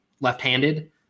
left-handed